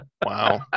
wow